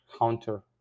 counter